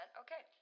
okay